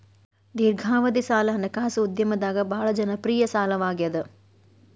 ದೇರ್ಘಾವಧಿ ಸಾಲ ಹಣಕಾಸು ಉದ್ಯಮದಾಗ ಭಾಳ್ ಜನಪ್ರಿಯ ಸಾಲವಾಗ್ಯಾದ